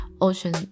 ocean